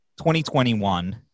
2021